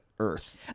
earth